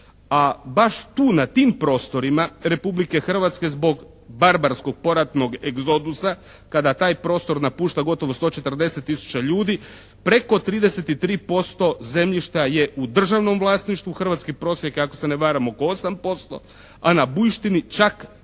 a baš tu na tim prostorima Republike Hrvatske zbog barbarskog poratnog egzodusa kada taj prostor napušta gotovo 140 tisuća ljudi, preko 33% zemljišta je u državnom vlasništvu Hrvatske, prosjek je ako se ne varam oko 8%, a na Bujištini čak